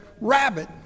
rabbit